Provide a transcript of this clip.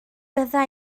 bydda